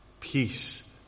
Peace